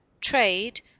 Trade